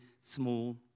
small